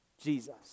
Jesus